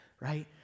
right